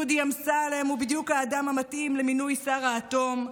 דודי אמסלם הוא בדיוק האדם המתאים למינוי שר האטום.